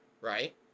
right